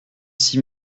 six